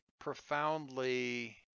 profoundly